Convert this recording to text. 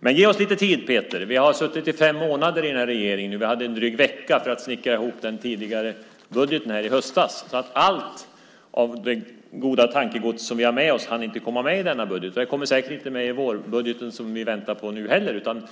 Men ge oss lite tid, Peter. Vi har suttit i den här regeringen i fem månader. Vi hade en dryg vecka på oss att snickra ihop den tidigare budgeten i höstas. Allt av det goda tankegods som vi har med oss hann inte komma med i den budgeten. Det kommer säkert inte med i vårpropositionen, som ni väntar på, heller.